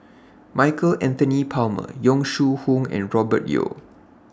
Michael Anthony Palmer Yong Shu Hoong and Robert Yeo